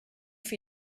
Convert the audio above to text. for